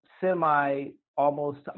semi-almost